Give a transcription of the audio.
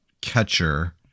catcher